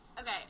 Okay